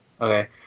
Okay